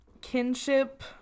kinship